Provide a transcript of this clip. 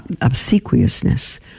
obsequiousness